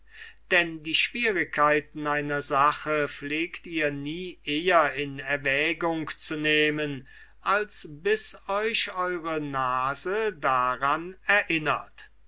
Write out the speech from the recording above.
denn die schwierigkeiten einer sache pflegt ihr nie eher in erwägung zu nehmen als bis euch eure nase daran erinnert